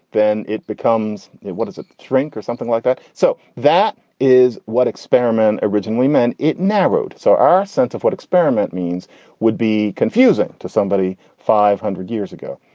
then it becomes what does it shrink or something like that. so that is what experiment originally meant. it narrowed. so our sense of what experiment means would be confusing to somebody five hundred years ago.